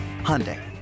Hyundai